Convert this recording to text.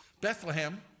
Bethlehem